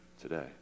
today